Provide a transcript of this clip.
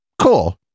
Cool